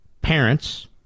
parents